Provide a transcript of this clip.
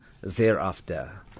thereafter